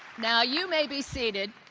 now you may be seated.